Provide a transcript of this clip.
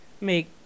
make